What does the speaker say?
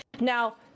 now